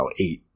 eight